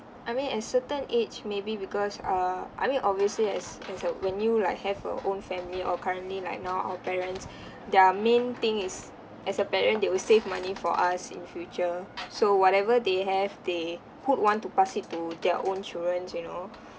I mean at certain age maybe because err I mean obviously as as a when you like have a own family or currently like now our parents their main thing is as a parent they will save money for us in future so whatever they have they would want to pass it to their own childrens you know